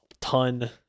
ton